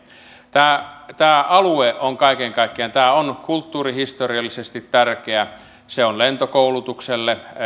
tämä tämä alue on kaiken kaikkiaan kulttuurihistoriallisesti tärkeä se on lentokoulutukselle